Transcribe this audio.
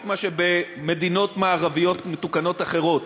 ממה שבמדינות מערביות מתוקנות אחרות.